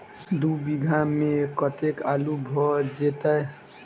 दु बीघा मे कतेक आलु भऽ जेतय?